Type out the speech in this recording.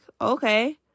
okay